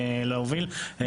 להוביל,